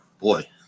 Boy